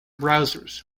browsers